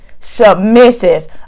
submissive